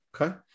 Okay